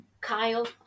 Kyle